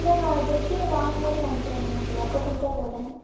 இல்லை நான் தச்சு வாங்கும் போது வாங்கிக்கிறேன் அமௌண்ட்டு அப்போது கொடுத்தா போதும்